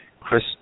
Chris